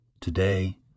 Today